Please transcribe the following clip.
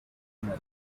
laguna